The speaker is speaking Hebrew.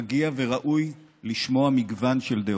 מגיע וראוי לשמוע מגוון של דעות.